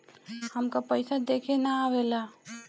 हमका पइसा देखे ना आवेला?